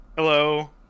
Hello